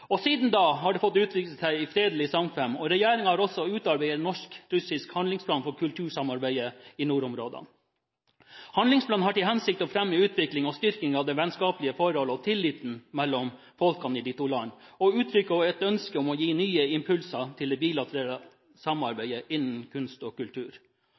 Siden da har det utviklet seg i fredelig samkvem. Regjeringen har også utarbeidet en norsk-russisk handlingsplan for kultursamarbeidet i nordområdene. Handlingsplanen har til hensikt å fremme utvikling og styrke det vennskapelige forholdet og tilliten mellom folkene i de to landene, og uttrykker også et ønske om å gi nye impulser til det bilaterale samarbeidet innen kunst og kultur.